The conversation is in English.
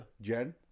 Jen